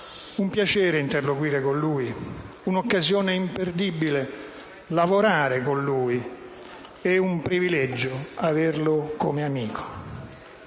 un piacere interloquire con lui, un'occasione imperdibile lavorare con lui ed un privilegio averlo come amico.